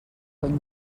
cony